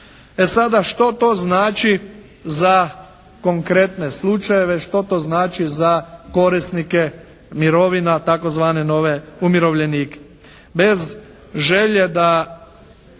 E sada što to znači za konkretne slučajeve? Što to znači za korisnike mirovina, tzv. nove umirovljenike? Bez želje da